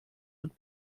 und